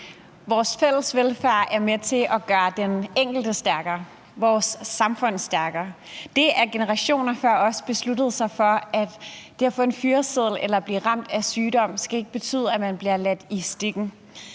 Vores fælles velfærd er med til at gøre den enkelte stærkere, vores samfund stærkere. Det, at generationer før os besluttede sig for, at det at få en fyreseddel eller blive ramt af sygdom ikke skal betyde, at man bliver ladt i stikken,